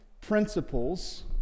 principles